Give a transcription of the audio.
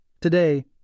Today